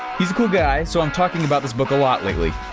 he's a cool guy, so i'm talking about this book a lot lately.